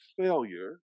failure